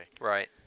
Right